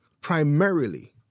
primarily